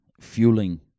fueling